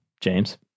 James